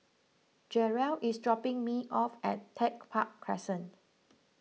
Jerrell is dropping me off at Tech Park Crescent